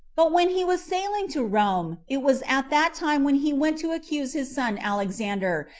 but when he was sailing to rome, it was at that time when he went to accuse his son alexander,